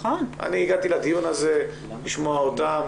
אני הגעתי לדיון הזה לשמוע אותה,